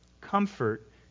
comfort